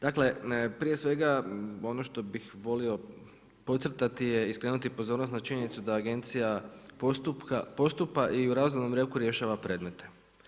Dakle, prije svega ono što bih volio podcrtati je i skrenuti pozornost na činjenicu da agencija postupa i u razumnom roku rješava predmete.